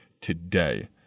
Today